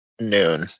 noon